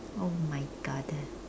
oh my God